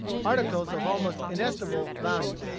articles of almost inestimable value.